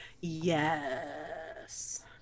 yes